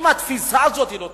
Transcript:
אם התפיסה הזאת לא תשתנה,